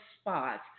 spots